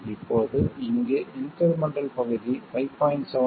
இப்போது இங்கு இன்க்ரிமெண்டல் பகுதி 5